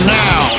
now